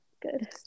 good